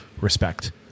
respect